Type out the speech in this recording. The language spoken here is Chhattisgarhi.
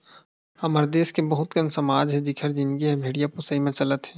हमर देस के बहुत कन समाज हे जिखर जिनगी ह भेड़िया पोसई म चलत हे